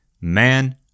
man